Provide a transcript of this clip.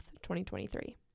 2023